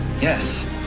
yes